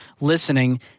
listening